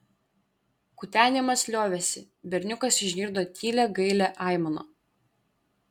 kutenimas liovėsi berniukas išgirdo tylią gailią aimaną